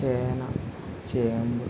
ചേന ചേമ്പ്